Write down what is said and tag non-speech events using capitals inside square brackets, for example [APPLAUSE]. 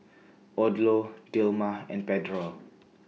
Odlo Dilmah and Pedro [NOISE]